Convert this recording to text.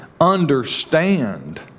understand